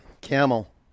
Camel